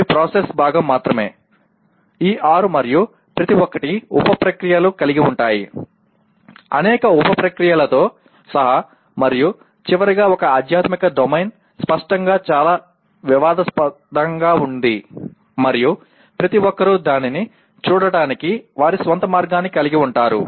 అవి ప్రాసెస్ భాగం మాత్రమే ఈ ఆరు మరియు ప్రతి ఒక్కటి ఉప ప్రక్రియలను కలిగి ఉంటాయి అనేక ఉప ప్రక్రియలతో సహా మరియు చివరిగా ఒక ఆధ్యాత్మిక డొమైన్ స్పష్టంగా చాలా వివాదాస్పదంగా ఉంది మరియు ప్రతి ఒక్కరూ దానిని చూడటానికి వారి స్వంత మార్గాన్ని కలిగి ఉంటారు